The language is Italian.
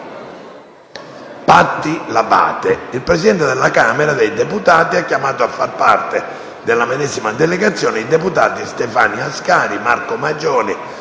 Patty L'Abbate. Il Presidente della Camera dei deputati ha chiamato a far parte della medesima delegazione i deputati Stefania Ascari, Marco Maggioni,